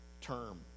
term